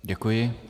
Děkuji.